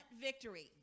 victory